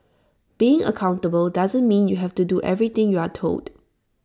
being accountable doesn't mean you have to do everything you're told